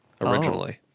originally